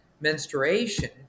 menstruation